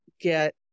get